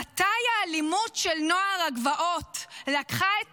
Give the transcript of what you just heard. מתי האלימות של נוער הגבעות לקחה את